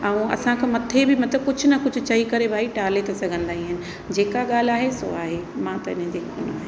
ऐं असां खां मथे बि मतिलबु कुझु न कुझु चई करे भई टाले था सघंदा ई आहिनि जेका ॻाल्हि आहे सो आहे मां त इन ते कोन आहियां